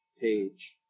page